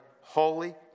holy